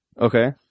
Okay